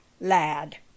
lad